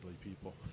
people